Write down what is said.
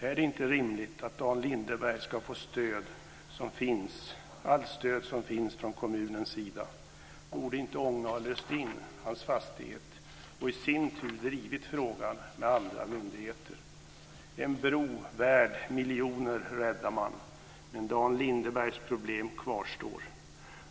Är det inte rimligt att Dan Lindeberg får allt stöd som finns från kommunens sida? Borde inte Ånge ha löst in hans fastighet och i sin tur drivit frågan med andra myndigheter? En bro värd miljoner räddade man. Men Dan Lindebergs problem kvarstår.